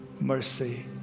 mercy